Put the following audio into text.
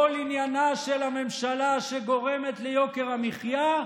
כל עניינה של הממשלה, שגורמת ליוקר המחיה,